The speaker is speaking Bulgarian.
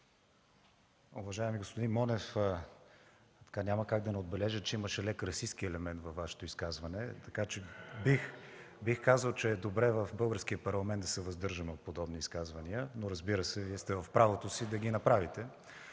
Уважаеми господин Монев, няма как да не отбележа, че имаше лек расистки елемент във Вашето изказване. Бих казал, че е добре в българския парламент да се въздържаме от подобни изказвания, но, разбира се, Вие сте в правото си да ги направите.